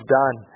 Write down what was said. done